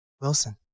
Wilson